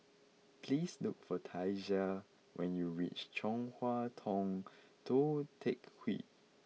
please look for Tasia when you reach Chong Hua Tong Tou Teck Hwee